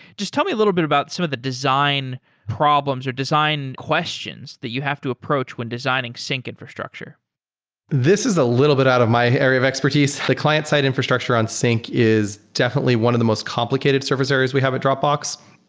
just tell me little bit about some of the design problems or design questions that you have to approach when designing sync infrastructure this is a little bit out of my area of expertise. client-side infrastructure on sync is definitely one of the most complicated service areas we have at dropbox.